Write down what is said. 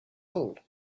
old